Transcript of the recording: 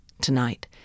Tonight